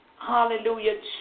Hallelujah